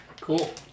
Cool